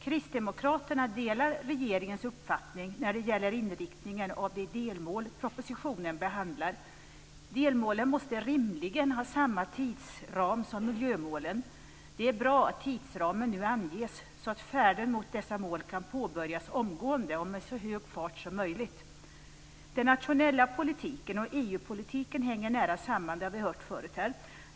Kristdemokraterna delar regeringens uppfattning när det gäller inriktningen av de delmål propositionen behandlar. Delmålen måste rimligen ha samma tidsram som miljömålen. Det är bra att tidsramen nu anges så att färden mot dessa mål kan påbörjas omgående och med så hög fart som möjligt. Den nationella politiken och EU-politiken hänger nära samman, som vi har hört förut här.